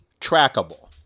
trackable